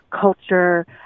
culture